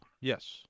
yes